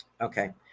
Okay